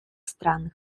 странах